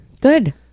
Good